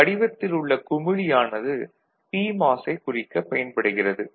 இந்த வடிவத்தில் உள்ள குமிழி ஆனது பிமாஸைக் குறிக்கப் பயன்படுகிறது